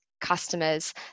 customers